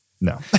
No